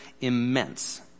immense